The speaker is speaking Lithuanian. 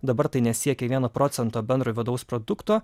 dabar tai nesiekia vieno procento bendrojo vidaus produkto